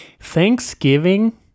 Thanksgiving